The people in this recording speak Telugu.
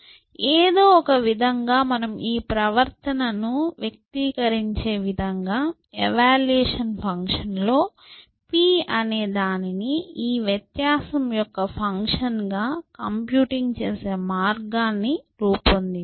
ఏదో ఒకవిధంగా మనం ఈ ప్రవర్తనను వ్యక్తీకరించే విధంగా ఎవాల్యూయేషన్ ఫంక్షన్ లో p అనేదానిని ఈ వ్యత్యాసం యొక్క ఫంక్షన్ గా కంప్యూటింగ్ చేసే మార్గాన్ని రూపొందించాలి